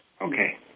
Okay